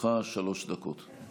לרשותך שלוש דקות.